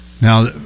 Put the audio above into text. now